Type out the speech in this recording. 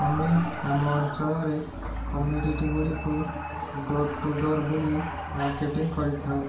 ଆମେ ଆମ ଅଞ୍ଚଳରେ କମ୍ମୋଡିଟିଗୁଡ଼ିକୁ ଡୋର୍ ଟୁ ଡୋର୍ ବୁଲି ମାର୍କେଟିଙ୍ଗ୍ କରିଥାଉ